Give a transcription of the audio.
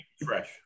fresh